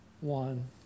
one